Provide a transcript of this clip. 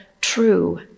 true